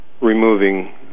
removing